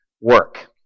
work